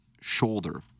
shoulder